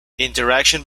interaction